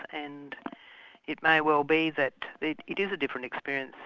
and it may well be that it it is a different experience,